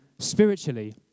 spiritually